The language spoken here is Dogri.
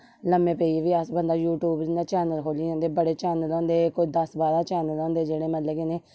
लम्मे पेइये बी अस बंदा यूट्यूब खोह्ली सकदा बडे़ चैनल होंदे कोई दस बारां चैनल होंदे जेहडे़ मतलब कि इनें